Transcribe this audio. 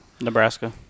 Nebraska